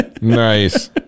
Nice